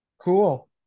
Cool